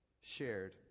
shared